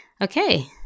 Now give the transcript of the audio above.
Okay